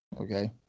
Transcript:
Okay